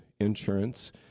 insurance